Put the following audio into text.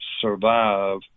survive